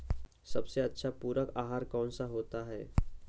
सबसे अच्छा पूरक आहार कौन सा होता है?